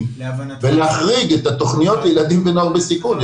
ולהחריג את התוכניות לילדים ונוער בסיכון.